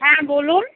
হ্যাঁ বলুন